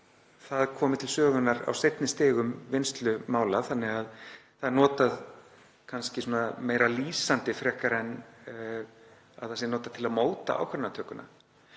það komi til sögunnar á seinni stigum í vinnslu mála þannig að það er kannski notað meira lýsandi frekar en að það sé notað til að móta ákvarðanatökuna.